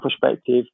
perspective